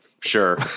Sure